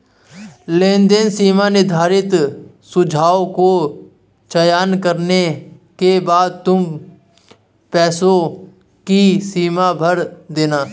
लेनदेन सीमा निर्धारित सुझाव को चयन करने के बाद तुम पैसों की सीमा भर देना